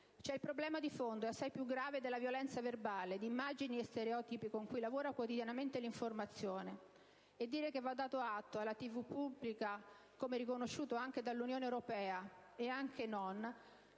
C'è il problema di fondo, e assai più grave, della violenza verbale, di immagini e stereotipi con cui lavora quotidianamente l'informazione. E dire che va dato atto alla TV e non solo pubblica, come riconosciuto anche dall'Unione europea di aver